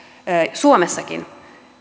suomessakin